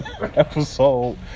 episode